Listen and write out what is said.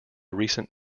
recent